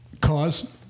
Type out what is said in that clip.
cause